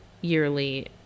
yearly